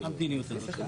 המציאות.